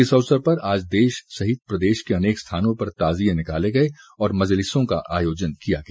इस अवसर पर आज देश सहित प्रदेश के अनेक स्थानों पर ताजिए निकाले गए और मजलिसों का आयोजन किया गया